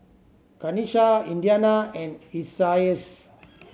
Kanisha Indiana and Isaias